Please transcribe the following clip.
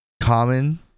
common